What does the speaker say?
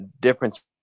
difference